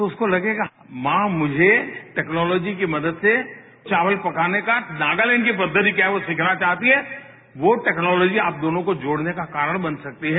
तो उसको लगेगा मां मुझे टेक्नॉलोजी की मदद से चावल पकाने का नागालैंड की पद्धति क्या है वो सिखाना चाहती हैं वो टेक्नॉलोजी आप दोनों को जोड़ने का कारण बन सकती है